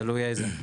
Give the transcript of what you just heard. תלוי איזה.